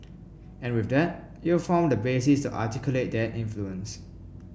and with that it'll form the basis to articulate that influence